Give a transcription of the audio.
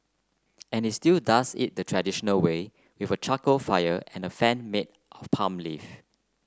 and he still does it the traditional way if a charcoal fire and a fan made of palm leaf